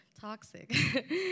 Toxic